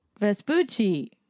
Vespucci